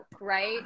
right